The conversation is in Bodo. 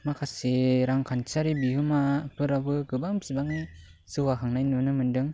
माखासे रांखान्थियारि बिहोमाफोराबो गोबां बिबांनि जौगाखांनाय नुनो मोन्दों